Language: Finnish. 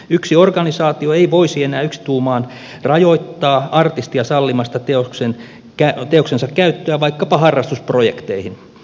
yksi organisaatio ei voisi enää yksituumaan rajoittaa artistia sallimasta teoksensa käyttöä vaikkapa harrastusprojekteihin